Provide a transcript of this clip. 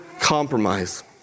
compromise